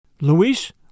Luis